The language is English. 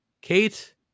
Kate